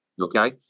Okay